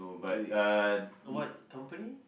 uh wait what company